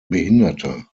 behinderte